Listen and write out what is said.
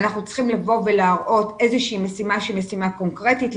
אנחנו צריכים להראות איזושהי משימה שהיא משימה קונקרטית,